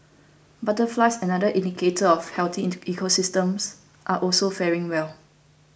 butterflies another indicator of a healthy into ecosystems are also faring well